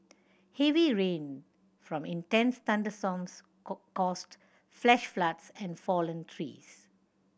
heavy rain from intense thunderstorms caused flash floods and fallen trees